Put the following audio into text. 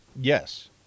Yes